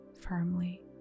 firmly